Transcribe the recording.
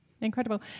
Incredible